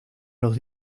los